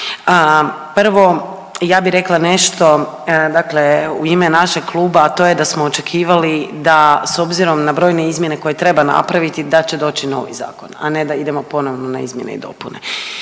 Prvo, ja bih rekla nešto dakle u ime našeg kluba, a to je da smo očekivali da, s obzirom na brojne izmjene koje treba napraviti, da će doći novi zakon, a ne da idemo ponovno na izmjene i dopune.